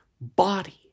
body